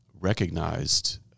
recognized